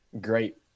great